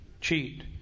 cheat